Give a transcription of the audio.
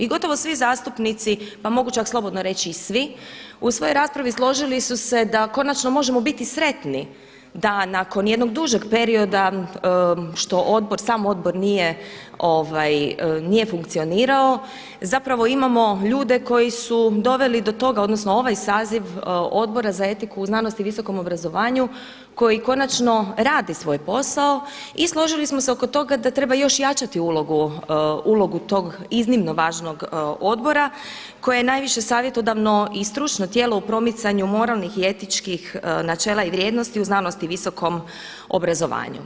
I gotovo svi zastupnici pa mogu čak slobodno reći i svi, u svojoj raspravi složili su se da konačno možemo biti sretni da nakon jednog dužeg perioda što sam odbor nije funkcionirao, zapravo imamo ljude koji su doveli do toga, odnosno ovaj saziv Odbora za etiku u znanosti i visokom obrazovanju koji konačno radi svoj posao i složili smo se oko toga da treba još jačati ulogu tog iznimno važnog odbora koje je najviše savjetodavno i stručno tijelo u promicanju moralnih i etičkih načela i vrijednosti u znanosti i visokom obrazovanju.